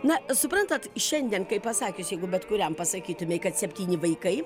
na suprantat šiandien kaip pasakius jeigu bet kuriam pasakytumei kad septyni vaikai